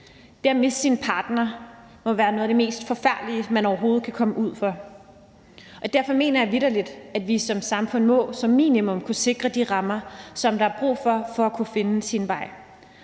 Det at miste sin partner må være noget af det mest forfærdelige, man overhovedet kan komme ud for, og derfor mener jeg vitterlig, at vi som samfund som minimum må kunne sikre de rammer, som der er brug for, for at man kan finde sin vej,